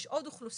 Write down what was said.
יש עוד אוכלוסיות,